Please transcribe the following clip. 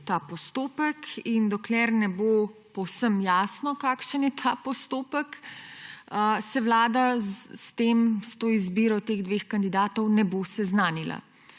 ta postopek in dokler ne bo povsem jasno, kakšen je ta postopek, se Vlada s to izbiro teh dveh kandidatov ne bo seznanila.